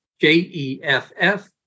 J-E-F-F